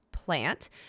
Plant